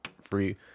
free